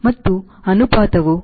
ಮತ್ತು ಅನುಪಾತವು 0